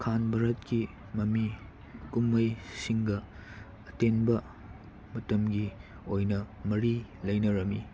ꯈꯥꯟ ꯚꯥꯔꯠꯀꯤ ꯃꯃꯤ ꯀꯨꯝꯍꯩꯁꯤꯡꯒ ꯑꯇꯦꯟꯕ ꯃꯇꯝꯒꯤ ꯑꯣꯏꯅ ꯃꯔꯤ ꯂꯩꯅꯔꯝꯃꯤ